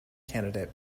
candidate